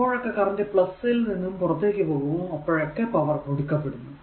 എപ്പോഴൊക്കെ കറന്റ് ൽ നിന്നും പുറത്തേക്കു പോകുമോ അപ്പോഴൊക്കെ പവർ കൊടുക്കപ്പെടുന്നു